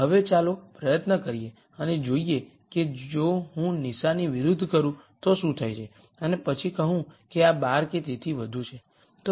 હવે ચાલો પ્રયત્ન કરીએ અને જોઈએ કે જો હું નિશાની વિરુદ્ધ કરું તો શું થાય છે અને પછી કહું છું કે આ 12 કે તેથી વધુ છે